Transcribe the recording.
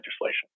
legislation